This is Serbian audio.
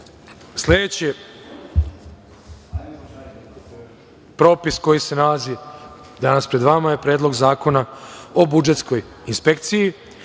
propis koji se nalazi danas pred vama je Predlog zakona o budžetskoj inspekciji.